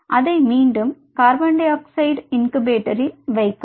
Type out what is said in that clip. அதை மீண்டும் கோ 2 இன்குபேட்டரில் வைக்கவும்